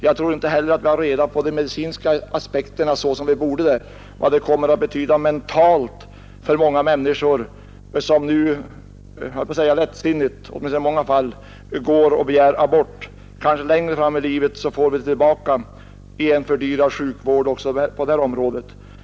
Jag tror inte heller att vi har en så god uppfattning om de medicinska aspekterna som vi borde ha, t.ex. om vad det kommer att betyda mentalt för många människor som nu lättsinnigt — det gäller åtminstone i många fall — begär abort. Kanske får de längre fram följdverkningar härav, som leder till ökade sjukvårdskostnader.